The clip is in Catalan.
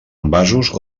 envasos